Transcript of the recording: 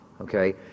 okay